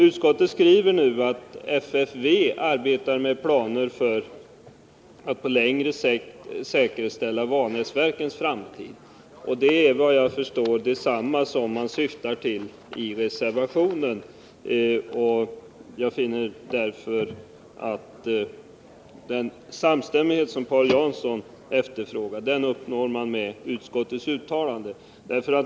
Utskottet skriver nu att FFV arbetar med planer för att på längre sikt säkerställa Vanäsverkens framtid. Det är vad jag förstår också vad man syftar till med reservationen. Den samstämmighet som Paul Jansson efterfrågar finner jag därför att man uppnår med utskottets uttalande.